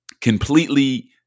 completely